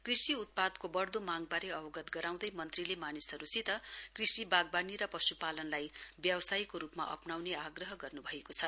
कृषि उत्पादको बढ्दो मागबारे अवगत गराउँदै मंत्रीले मानिसहरूसित कृषि बागवानी र पश्पालनलाई व्यावसायको रूपमा अप्नाउने आग्रह गर्न्भएको छ